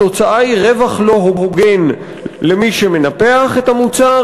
התוצאה היא רווח לא הוגן למי שמנפח את המוצר,